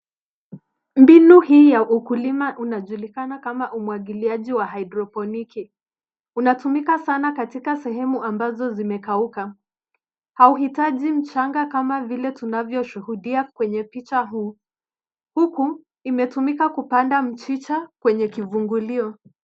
Mbinu hii ya ukulima unajulikana kama umwagiliaji wa hydroponiki. Unatumika sana katika sehemu ambazo zimekauka. Hauhitaji mchanga kama vile tunavyoshuhudia kwenye picha huu. Huku imetumika kupanda mchicha kwenye kivungulio.